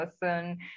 person